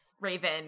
Raven